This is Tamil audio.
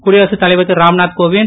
குடியரசுத் தலைவர் திருராம்நாத் கோவிந்த்